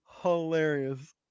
hilarious